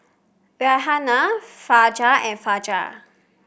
Raihana Fajar and Fajar